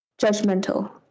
Judgmental